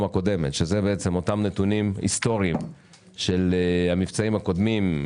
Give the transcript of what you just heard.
הקודמת שזה אותם נתונים היסטוריים של המבצעים הקודמים,